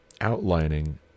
outlining